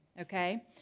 okay